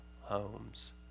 homes